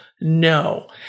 no